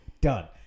Done